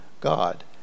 God